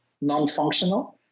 non-functional